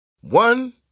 One